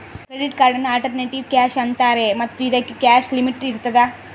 credit ಕಾರ್ಡನ್ನು alternative cash ಅಂತಾರೆ ಮತ್ತು ಇದಕ್ಕೆ ಕ್ಯಾಶ್ ಲಿಮಿಟ್ ಇರ್ತದ